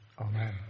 Amen